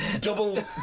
double